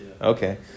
Okay